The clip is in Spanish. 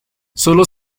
sólo